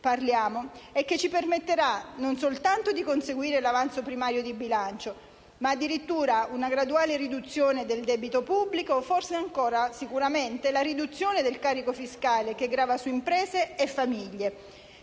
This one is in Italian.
che permetterà di conseguire non soltanto l'avanzo primario di bilancio, ma addirittura una graduale riduzione del debito pubblico e ancora, sicuramente, la riduzione del carico fiscale che grava su imprese e famiglie,